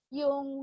yung